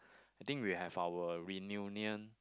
I think we have our reunion